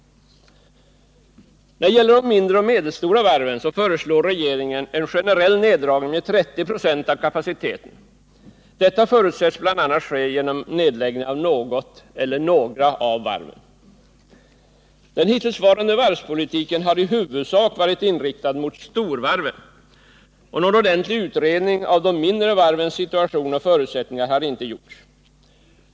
När det gäller de mindre och medelstora varven föreslår regeringen en generell neddragning med 30 4 av kapaciteten. Detta förutsätts bl.a. ske genom nedläggning av något eller några av varven. Den hittillsvarande varvspolitiken har i huvudsak varit inriktad mot storvarven, och någon ordentlig utredning av de mindre varvens situation och förutsättningar har inte gjorts.